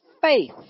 faith